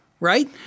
right